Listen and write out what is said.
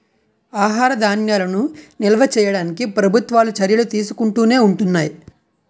ఆహార ధాన్యాలను నిల్వ చేయడానికి ప్రభుత్వాలు చర్యలు తీసుకుంటునే ఉంటున్నాయి